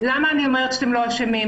למה אני אומרת שאתם לא אשמים?